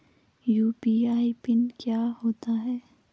UPI PIN क्या होता है?